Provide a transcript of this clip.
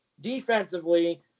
Defensively